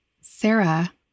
Sarah